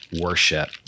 worship